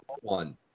one